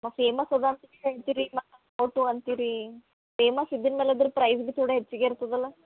ತುಂಬ ಫೇಮಸ್ ಅದ ಅಂತನೇ ಹೇಳ್ತಿರಿ ಅಂತಿರೀ ಪೇಮಸ್ ಇದ್ದಿನಿ ಮೇಲೆ ಅದ್ರ ಪ್ರೈಝ್ ಬಿ ತೋಡ ಹೆಚ್ಚಿಗೆ ಇರ್ತದಲ್ಲಾ